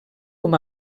com